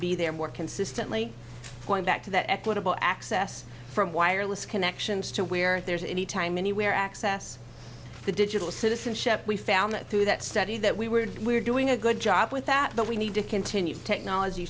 be there more consistently going back to that equitable access from wireless connections to where there's anytime anywhere access to digital citizenship we found that through that study that we were doing we're doing a good job with that but we need to continue technology